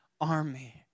army